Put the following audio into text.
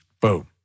boom